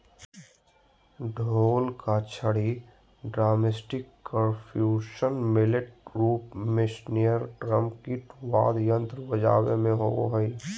ढोल का छड़ी ड्रमस्टिकपर्क्यूशन मैलेट रूप मेस्नेयरड्रम किट वाद्ययंत्र बजाबे मे होबो हइ